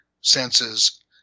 senses